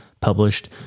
published